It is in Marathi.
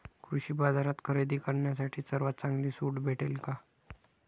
कृषी बाजारात खरेदी करण्यासाठी सर्वात चांगली सूट भेटेल का?